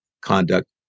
conduct